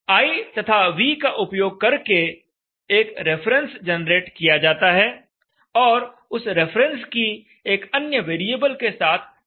i तथा v का उपयोग करके एक रेफरेंस जनरेट किया जाता है और उस रिफरेंस की एक अन्य वेरिएबल के साथ तुलना की जाती है